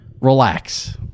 relax